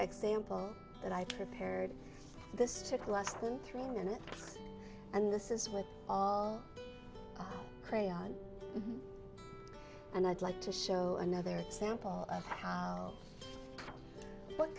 example that i prepared this took less than three minutes and this is with all crayon and i'd like to show another example of how what